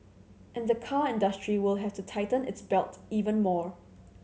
and the car industry will have to tighten its belt even more